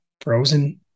frozen